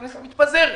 הכנסת מתפזרת.